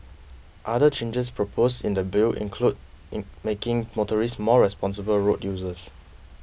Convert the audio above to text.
other changes proposed in the Bill include in making motorists more responsible road users